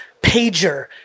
pager